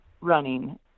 running